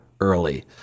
early